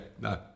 no